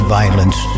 violence